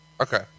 okay